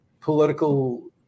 political